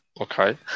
okay